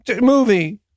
movie